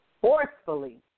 forcefully